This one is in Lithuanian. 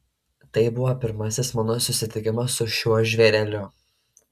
tai buvo pirmasis mano susitikimas su šiuo žvėreliu